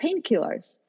painkillers